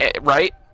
right